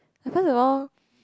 first of all